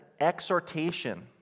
exhortation